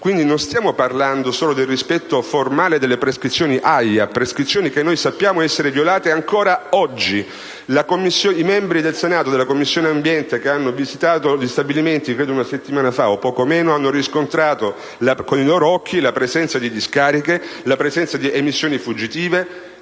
Quindi, non stiamo parlando solo del rispetto formale delle prescrizioni AIA, che sappiamo essere violate ancora oggi. I membri della Commissione ambiente del Senato che hanno visitato gli stabilimenti credo una settimana fa (o poco meno), hanno riscontrato con i loro occhi la presenza di discariche e di emissioni fuggitive,